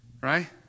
Right